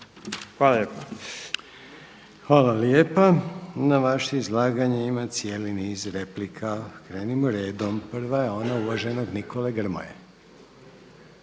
Željko (HDZ)** Hvala lijepa. Na vaše izlaganje ima cijeli niz replika. Krenimo redom, prva je ona uvaženog Nikole Grmoje.